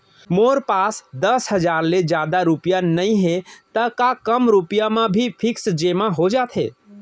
मोर पास दस हजार ले जादा रुपिया नइहे त का कम रुपिया म भी फिक्स जेमा हो जाथे?